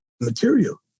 material